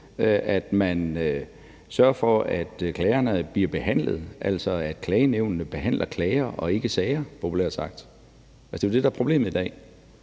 at man sørger for, at klagerne bliver behandlet – altså at klagenævnene populært sagt behandler klager og ikke sager. Det er jo det, der er problemet i dag.